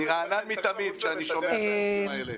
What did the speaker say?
אני רענן מתמיד כשאני שומע את הדברים האלה.